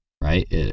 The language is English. right